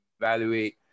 evaluate